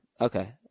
Okay